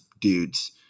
dudes